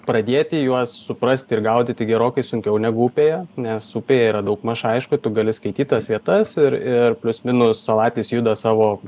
pradėti juos suprasti ir gaudyti gerokai sunkiau negu upėje nes upėje yra daugmaž aišku tu gali skaityt tas vietas ir ir plius minus salatis juda savo